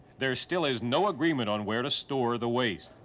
there still is no agreement on where to store the waste.